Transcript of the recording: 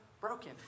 broken